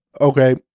Okay